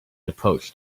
approached